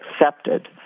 accepted